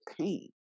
pain